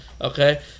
Okay